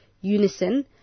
unison